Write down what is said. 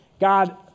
God